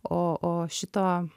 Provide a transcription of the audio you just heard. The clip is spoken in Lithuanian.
o o šito